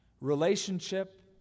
relationship